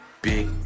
Big